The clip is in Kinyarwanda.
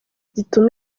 gituma